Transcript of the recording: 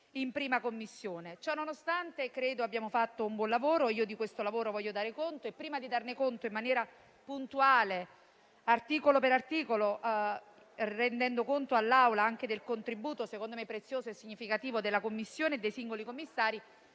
in 1a Commissione. Ciononostante, credo che abbiamo fatto un buon lavoro, di cui voglio dare conto. Prima di farlo in maniera puntuale, articolo per articolo, rendendo conto all'Assemblea anche del contributo, secondo me prezioso e significativo della Commissione e dei singoli commissari,